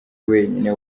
wenyine